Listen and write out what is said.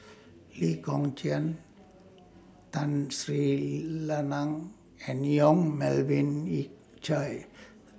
Lee Kong Chian Tun Sri Lanang and Yong Melvin Yik Chye